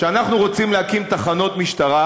כשאנחנו רוצים להקים תחנות משטרה,